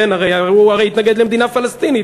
הרי הוא התנגד למדינה פלסטינית.